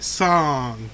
song